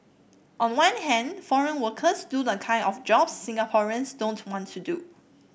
on one hand foreign workers do the kind of jobs Singaporeans don't want to do